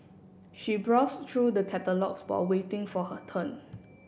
she browse through the catalogues while waiting for her turn